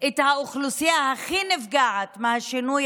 אפילו את האוכלוסייה שהכי נפגעת מהשינוי